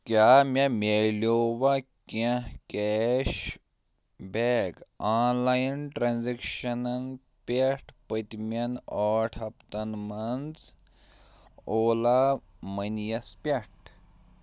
کیٛاہ مےٚ ملیوا کینٛہہ کیش بیک آنلایَن ٹرنزیکشنن پٮ۪ٹھ پٔتمین ٲٹھ ہفتن مَنٛز اولا مٔنییَس پٮ۪ٹھ؟